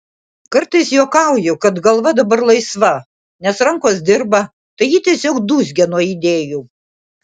kartais juokauju kad galva dabar laisva nes rankos dirba tai ji tiesiog dūzgia nuo idėjų